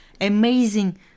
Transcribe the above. amazing